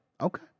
Okay